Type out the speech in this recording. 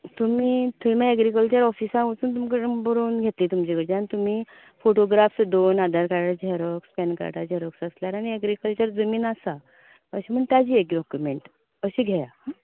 तुमी थंय मागीर एग्रीक्लचर ऑफिसांत वचून तुमकां थंय बरोवन घेतले तुमचे कडच्यान तुमी फोटोग्राफ दवर नाल्यार आधार कार्डा जेरोक्स पॅन कार्डा जेरोक्स आनी एग्रीक्लचर जमीन आसा अशे म्हूण ताजो एक डॉक्यूमेंट अशें घेया आं